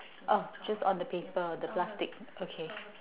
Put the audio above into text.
oh just on the paper the plastic okay